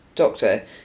doctor